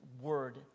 word